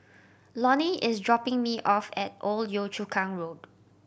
Lonny is dropping me off at Old Yio Chu Kang Road